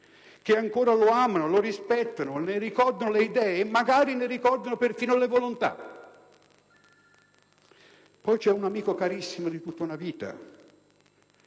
che ancora lo ama, lo rispetta, ne ricorda le idee e magari ne ricorda le volontà; c'è poi un amico carissimo di tutta una vita